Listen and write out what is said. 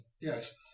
Yes